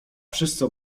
wszyscy